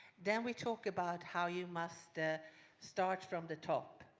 then we talk about how you must ah start from the top,